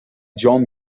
john